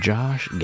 Josh